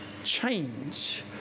Change